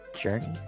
journey